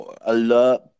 alert